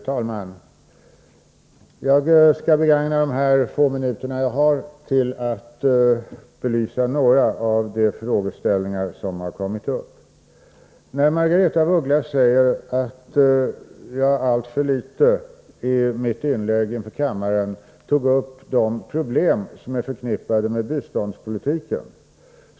Fru talman! Jag skall begagna de få minuter som står till mitt förfogande till att belysa några av de frågeställningar som har kommit upp. Margaretha af Ugglas säger att jag i mitt inlägg inför kammaren alltför litet tog upp de problem som är förknippade med biståndspolitiken.